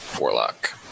Warlock